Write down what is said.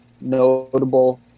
notable